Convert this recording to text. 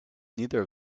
neither